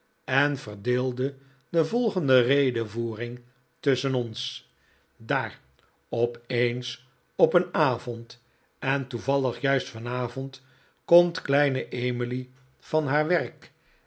en verdeelde de volgende redevoering tusschen ons daar opeens op een avond en toevallig juist vanavond komt kleine emilyvan haar werk